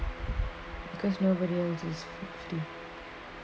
because nobody else's